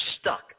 stuck